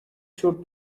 should